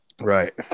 Right